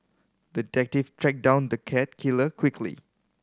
the detective tracked down the cat killer quickly